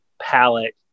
palette